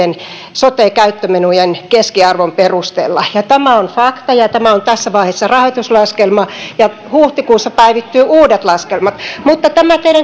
sote käyttömenojen keskiarvon perusteella tämä on fakta ja tämä on tässä vaiheessa rahoituslaskelma ja huhtikuussa päivittyvät uudet laskelmat mutta tämä teidän